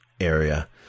area